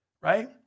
right